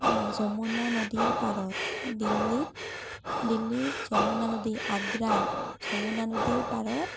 বা যমুনা নদীৰ পাৰত দিল্লীত দিল্লীৰ যমুনা নদী আগ্ৰাৰ যমুনা নদীৰ পাৰত